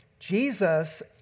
Jesus